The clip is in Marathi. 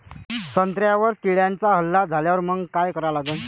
संत्र्यावर किड्यांचा हल्ला झाल्यावर मंग काय करा लागन?